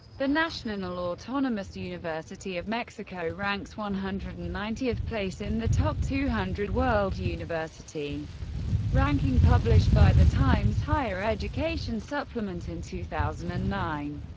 the national autonomous university of mexico ranks one hundred and ninetieth place in the top two hundred world university ranking published by the times higher education supplement in two thousand and nine.